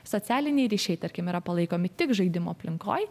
socialiniai ryšiai tarkim yra palaikomi tik žaidimų aplinkoj